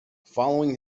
following